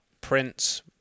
prints